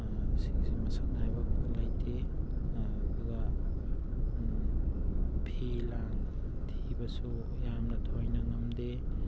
ꯁꯤꯒꯤꯁꯤ ꯃꯁꯛ ꯅꯥꯏꯕ ꯂꯩꯇꯦ ꯑꯗꯨꯒ ꯐꯤ ꯂꯥꯡ ꯊꯤꯕꯁꯨ ꯌꯥꯝꯅ ꯊꯣꯏꯅ ꯉꯝꯗꯦ